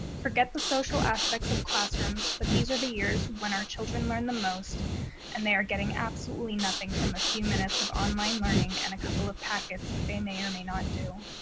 forget the social aspects of classrooms, but these are the years when our children learn the most and they are getting absolutely nothing from a few minutes of online learning and a couple of packets that they may or may not do.